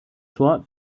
tor